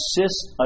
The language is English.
assist